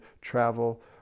travel